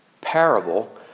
parable